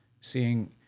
Seeing